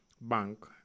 bank